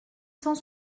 cent